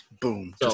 Boom